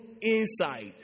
inside